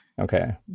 Okay